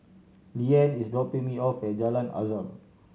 Leeann is dropping me off at Jalan Azam